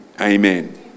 Amen